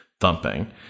thumping